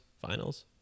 finals